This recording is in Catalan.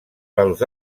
pels